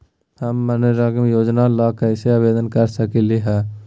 हम मनरेगा योजना ला कैसे आवेदन कर सकली हई?